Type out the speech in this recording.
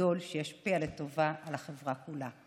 גדול שישפיע לטובה על החברה כולה.